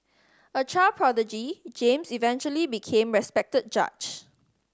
a child prodigy James eventually became a respected judge